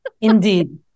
Indeed